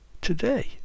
Today